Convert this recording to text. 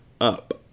up